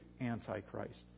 Antichrist